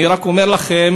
אני רק אומר לכם,